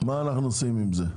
מה אנחנו עושים עם זה?